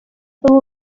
ubu